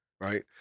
right